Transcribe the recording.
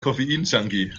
koffeinjunkie